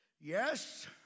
Yes